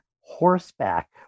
horseback